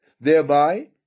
Thereby